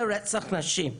זה רצח נשים.